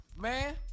Man